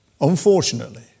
Unfortunately